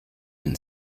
been